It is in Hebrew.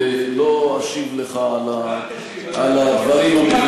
ולא אשיב לך על הדברים הקשים